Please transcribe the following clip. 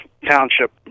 township